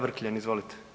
Vrkljan izvolite.